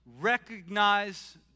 Recognize